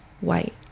white